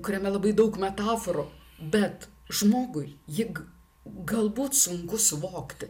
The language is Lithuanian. kuriame labai daug metaforų bet žmogui ji g galbūt sunku suvokti